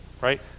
Right